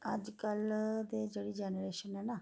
अज्जकल दी जेह्ड़ी जैनरेशन ऐ ना